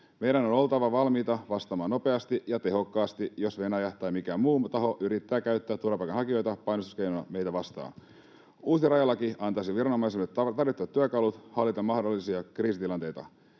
Meidän on oltava valmiita vastaamaan nopeasti ja tehokkaasti, jos Venäjä tai mikään muu taho yrittää käyttää turvapaikanhakijoita painostuskeinona meitä vastaan. Uusi rajalaki antaisi viranomaisille tarvittavat työkalut hallita mahdollisia kriisitilanteita.